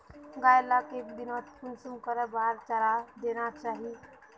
गाय लाक एक दिनोत कुंसम करे बार चारा देना चही?